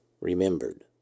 remembered